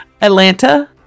Atlanta